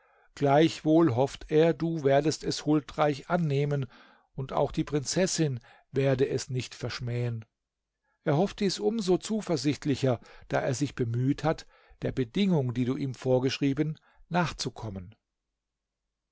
gleichwohl hofft er du werdest es huldreich annehmen und auch die prinzessin werde es nicht verschmähen er hofft dies um so zuversichtlicher da er sich bemüht hat der bedingung die du ihm vorgeschrieben nachzukommen